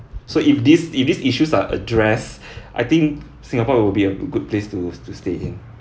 so if this if this issues are addressed I think singapore will be a good place to to stay in